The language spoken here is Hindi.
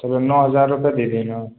चलो नौ हज़ार रुपये दे देना